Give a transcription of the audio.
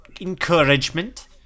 Encouragement